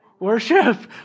Worship